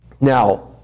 Now